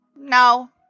No